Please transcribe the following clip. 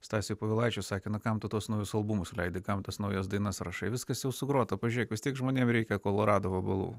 stasiui povilaičiui sakė kam tu tuos naujus albumus leidi kam tu tas naujas dainas rašai viskas jau sugrota pažiūrėk vis tiek žmonėm reikia kolorado vabalų